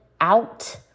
out